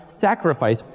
sacrifice